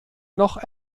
noch